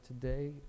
today